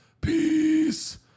Peace